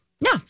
no